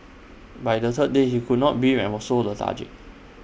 by the third day he could not breathe and was so lethargic